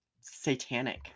Satanic